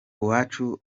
uwacu